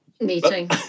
Meeting